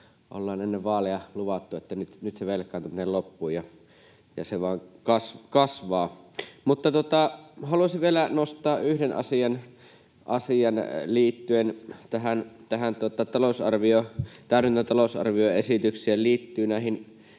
ollaan ennen vaaleja luvattu, että nyt se velkaantuminen loppuu, ja se vaan kasvaa. Mutta haluaisin vielä nostaa yhden asian liittyen tähän talousarvion täydentämisesitykseen, ja se liittyy näihin